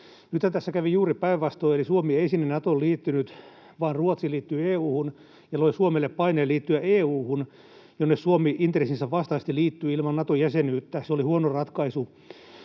Nythän tässä kävi juuri päinvastoin, eli Suomi ei sinne Natoon liittynyt vaan Ruotsi liittyi EU:hun ja loi Suomelle paineen liittyä EU:hun, jonne Suomi intressinsä vastaisesti liittyi ilman Nato-jäsenyyttä. Se oli huono ratkaisu.